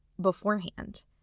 beforehand